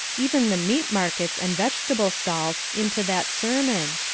even the meat markets and vegetable stalls, into that sermon!